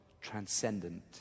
transcendent